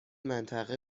منطقه